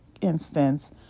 instance